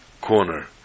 corner